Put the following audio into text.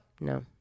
No